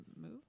move